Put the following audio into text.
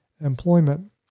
employment